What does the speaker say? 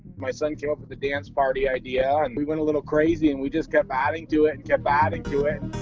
my son came up with the dance party idea, and we went a little crazy and we just kept adding to it and kept adding to it.